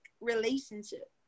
relationship